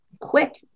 Quick